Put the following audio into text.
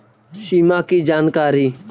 सिमा कि जानकारी?